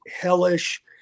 hellish